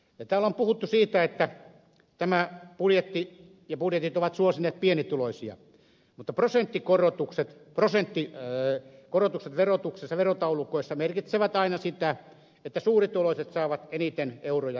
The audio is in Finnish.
täällä on puhuttu siitä että tämä budjetti suosii ja budjetit ovat suosineet pienituloisia mutta prosenttikorotukset verotuksessa verotaulukoissa merkitsevät aina sitä että suurituloiset saavat eniten euroja käteensä